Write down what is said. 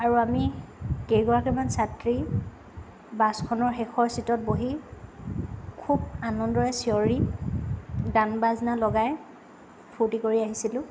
আৰু আমি কেইগৰাকীমান ছাত্ৰী বাছখনৰ শেষৰ ছিটত বহি খুব আনন্দেৰে চিঞৰি গান বাজনা লগাই ফূৰ্তি কৰি আহিছিলোঁ